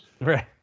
Right